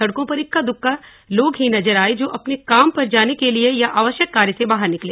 सड़कों पर इक्का दुक्का लोग ही नजर आए जो अपने काम पर जाने के लिए या आवश्यक कार्य से बाहर निकले